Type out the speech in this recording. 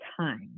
time